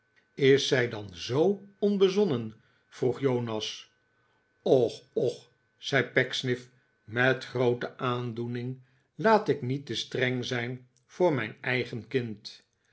is zij dan zoo onbezonnen vroeg jonas och och zei pecksniff met groote aandoening laat ik niet te streng zijn voor mijn eigen kind